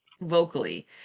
vocally